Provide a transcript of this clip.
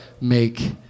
make